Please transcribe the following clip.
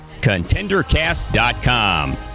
ContenderCast.com